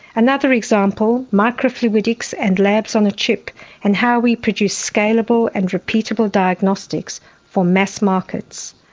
another example, microfluidics and labs on a chip and how we produce scalable and repeatable diagnostics for mass markets.